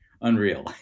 unreal